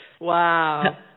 Wow